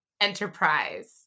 Enterprise